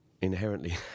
inherently